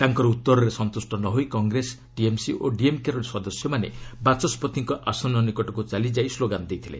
ତାଙ୍କର ଉତ୍ତରରେ ସନ୍ତୁଷ୍ଟ ନ ହୋଇ କଂଗ୍ରେସ ଟିଏମ୍ସି ଓ ଡିଏମ୍କେର ସଦସ୍ୟମାନେ ବାଚସ୍କତିଙ୍କ ଆସନ ନିକଟକ୍ ଚାଲିଯାଇ ସ୍କୋଗାନ୍ ଦେଇଥିଲେ